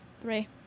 Three